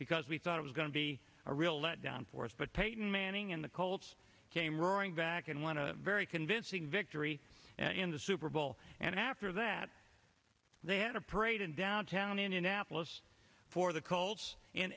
because we thought it was going to be a real letdown for us but peyton manning and the colts came roaring back and won a very convincing victory in the super bowl and after that they had a parade in downtown indianapolis for the colts